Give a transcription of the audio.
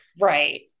Right